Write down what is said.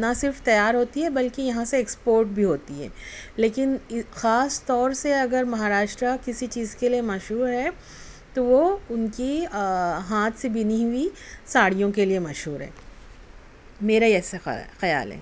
نا صرف تیار ہوتی بالکہ یہاں سے ایکسپورٹ بھی ہوتی ہے لیکن خاص طور سے اگر مہاراشٹرا کسی چیز کے لئے مشہور ہے تو وہ اُن کی ہاتھ سے بینی ہوٮٔی ساڑھیوں کے لئے مشہور ہے میرا ایسا خیال خیال ہے